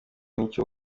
n’icyo